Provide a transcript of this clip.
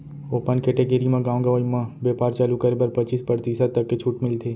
open category म गाँव गंवई म बेपार चालू करे बर पचीस परतिसत तक के छूट मिलथे